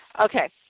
Okay